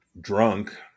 drunk